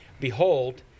Behold